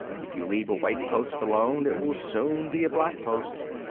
if you leave a white post alone it will soon be a black post.